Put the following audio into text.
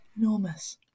enormous